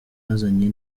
yazanye